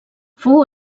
fou